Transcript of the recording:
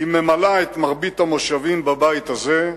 היא ממלאה את מרבית המושבים בבית הזה,